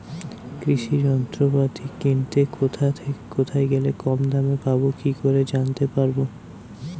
কৃষি যন্ত্রপাতি কিনতে কোথায় গেলে কম দামে পাব কি করে জানতে পারব?